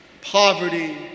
poverty